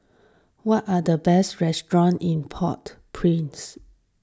what are the best restaurants in Port Prince